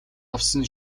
авсан